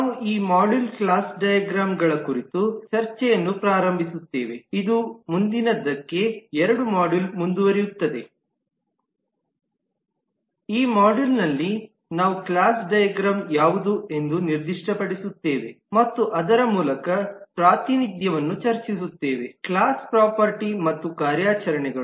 ನಾವು ಈ ಮಾಡ್ಯೂಲ್ನಲ್ಲಿ ಕ್ಲಾಸ್ ಡೈಗ್ರಾಮ್ಗಳ ಕುರಿತು ಚರ್ಚೆಯನ್ನು ಪ್ರಾರಂಭಿಸುತ್ತೇವೆ ಮತ್ತು ಇದು ಮುಂದಿನದಕ್ಕೆ ಎರಡು ಮಾಡ್ಯೂಲ್ ಮುಂದುವರಿಯುತ್ತದೆ ಈ ಮಾಡ್ಯೂಲ್ನಲ್ಲಿ ನಾವು ಕ್ಲಾಸ್ ಡೈಗ್ರಾಮ್ ಯಾವುದು ಎಂದು ನಿರ್ದಿಷ್ಟಪಡಿಸುತ್ತೇವೆ ಮತ್ತು ಅದರ ಮೂಲ ಪ್ರಾತಿನಿಧ್ಯವನ್ನು ಚರ್ಚಿಸುತ್ತೇವೆ ಕ್ಲಾಸ್ ಪ್ರೊಪರ್ಟಿ ಮತ್ತು ಕಾರ್ಯಾಚರಣೆಗಳು